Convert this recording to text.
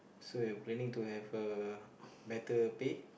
so you're planning to have a better pay